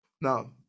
Now